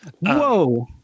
Whoa